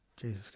Jesus